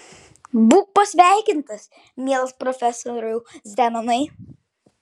būk pasveikintas mielas profesoriau zenonai